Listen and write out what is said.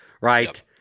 right